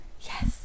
yes